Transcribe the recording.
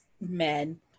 men